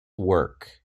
work